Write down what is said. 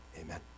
amen